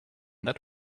that